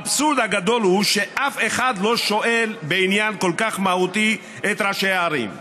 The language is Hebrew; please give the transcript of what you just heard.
האבסורד הגדול הוא שאף אחד לא שואל בעניין כל כך מהותי את ראשי הערים.